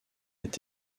est